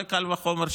זה קל וחומר,